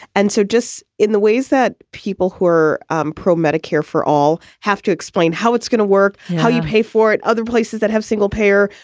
and so just in the ways that people who were pro medicare for all have to explain how it's going to work, how you pay for it, other places that have single payer.